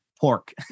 pork